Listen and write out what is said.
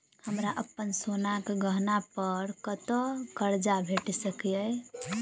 हमरा अप्पन सोनाक गहना पड़ कतऽ करजा भेटि सकैये?